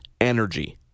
energy